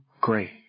great